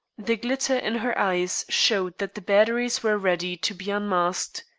the glitter in her eyes showed that the batteries were ready to be unmasked.